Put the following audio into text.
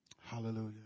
hallelujah